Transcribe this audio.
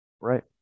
Right